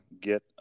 get